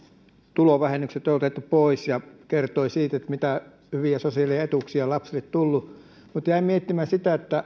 tulovähennykset on otettu pois ja kertoi siitä mitä hyviä sosiaali etuuksia lapsille on tullut mutta jäin miettimään sitä